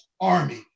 army